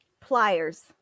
Pliers